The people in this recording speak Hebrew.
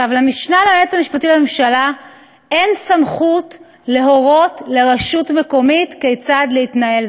למשנה ליועץ המשפטי לממשלה אין סמכות להורות לרשות מקומית כיצד להתנהל.